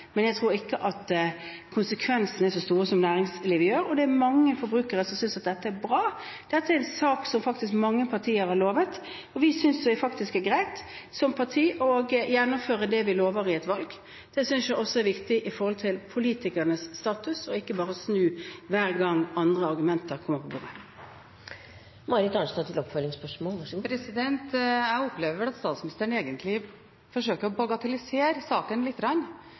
Jeg tror ikke at konsekvensene er så store som næringslivet sier. Det er mange forbrukere som synes at dette er bra. Dette er noe som mange partier har lovet. Vi som parti synes det er greit å gjennomføre det vi lover i et valg. Jeg synes også det er viktig med tanke på politikernes status: ikke bare å snu hver gang andre argumenter kommer på bordet. Jeg opplever det slik at statsministeren egentlig forsøker å bagatellisere saka lite grann,